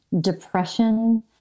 depression